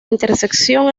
intersección